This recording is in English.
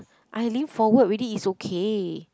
I lean forward already it's okay